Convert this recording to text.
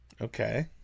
okay